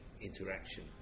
Interaction